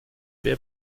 wer